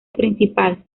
principal